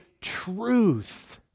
truth